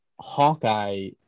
Hawkeye